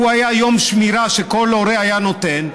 שהוא היה יום שמירה שכל הורה היה נותן,